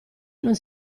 non